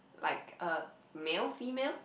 like uh male female